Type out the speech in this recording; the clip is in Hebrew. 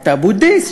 את אבו-דיס,